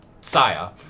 Saya